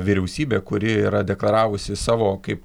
vyriausybė kuri yra deklaravusi savo kaip